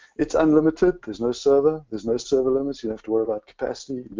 it's unlimited. there's no server. there's no server limits you have to worry about capacity.